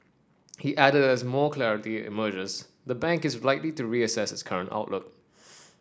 he added that as more clarity emerges the bank is likely to reassess its current outlook